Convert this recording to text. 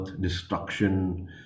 Destruction